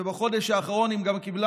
ובחודש האחרון היא גם קיבלה